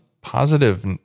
positive